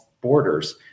borders